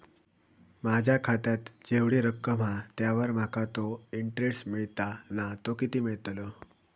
माझ्या खात्यात जेवढी रक्कम हा त्यावर माका तो इंटरेस्ट मिळता ना तो किती मिळतलो?